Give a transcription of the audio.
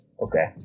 Okay